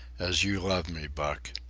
as you love me, buck.